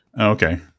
Okay